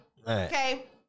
Okay